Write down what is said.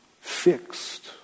fixed